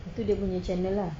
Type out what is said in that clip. itu dia punya channel lah